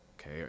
okay